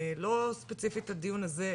לא ספציפית הדיון הזה,